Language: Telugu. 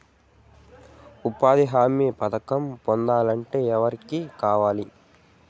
ఉపాధి హామీ పథకం పొందాలంటే ఎవర్ని కలవాలి?